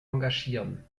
engagieren